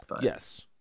Yes